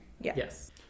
yes